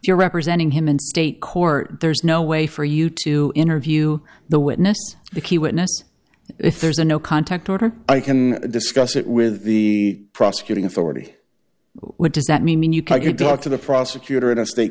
you're representing him in state court there's no way for you to interview the witness the key witness if there's a no contact order i can discuss it with the prosecuting authority what does that mean you could talk to the prosecutor